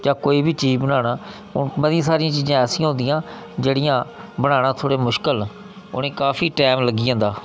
जां कोई बी चीज़ बनाना मतियां सारियां चीज़ां ऐसियां होंदियां जेह्ड़ियां बनाना थोह्ड़ियां मुश्कल उ'नेंईं बनाने ईं काफी टैम लग्गी जंदा